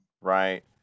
Right